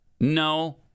No